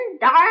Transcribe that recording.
dark